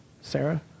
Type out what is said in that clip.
Sarah